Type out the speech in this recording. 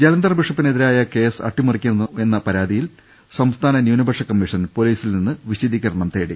ജലന്ധർ ബിഷപ്പിനെതിരായ കേസ് അട്ടിമറിക്കുന്നുവെന്ന പരാതിയിൽ സംസ്ഥാന ന്യൂനപക്ഷകമ്മീഷൻ പൊലീസിൽനിന്ന് വിശദീകരണം തേടി